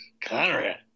Conrad